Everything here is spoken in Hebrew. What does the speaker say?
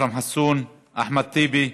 אכרם חסון, אחמד טיבי,